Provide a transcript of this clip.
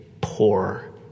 poor